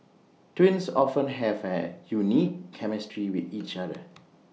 twins often have A unique chemistry with each other